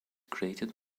created